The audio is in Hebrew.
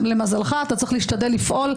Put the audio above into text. למזלך אתה צריך להשתדל לפעול,